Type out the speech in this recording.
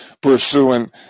pursuing